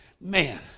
man